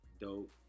dope